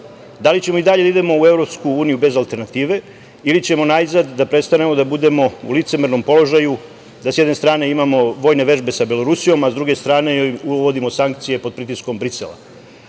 da li ćemo i dalje da idemo u EU bez alternative ili ćemo najzad da prestanemo da budemo u licemernom položaju, da s jedne strane imamo vojne vežbe sa Belorusijom, a s druge strane joj uvodimo sankcije pod pritiskom